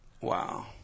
Wow